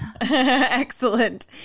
Excellent